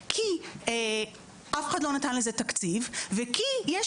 הדוח הזה כי אף אחד לא נתן לזה תקציב וכי יש